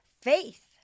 faith